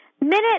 minute